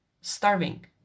starving